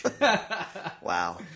Wow